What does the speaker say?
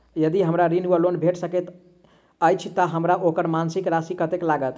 यदि हमरा ऋण वा लोन भेट सकैत अछि तऽ हमरा ओकर मासिक राशि कत्तेक लागत?